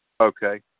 Okay